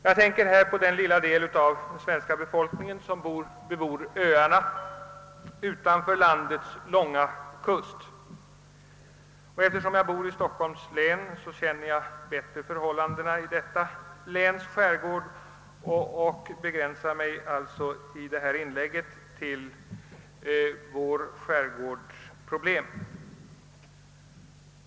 Jag tänker på den lilla del av den svenska befolkningen som bebor öarna utanför landets långa kust. Eftersom jag bor i Stockholms län känner jag bättre förhållandena i detta läns skärgård och begränsar mig alltså i detta inlägg till dess problem.